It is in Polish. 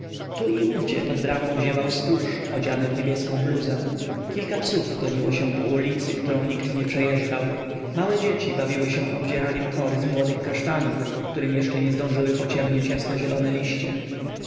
tu i owdzie pod bramą ziewał stróż odziany w niebieską bluzę kilka psów goniło się po ulicy którą nikt nie przejeżdżał małe dzieci bawiły się odzieraniem kory z młodych kasztanów którym jeszcze nie zdążyły pociemnieć jasno-zielone liście